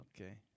Okay